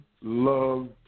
love